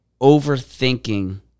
overthinking